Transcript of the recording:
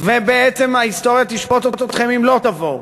ובעצם ההיסטוריה תשפוט אתכם אם לא תבואו.